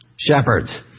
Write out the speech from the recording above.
shepherds